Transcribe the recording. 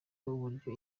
uburyo